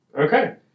Okay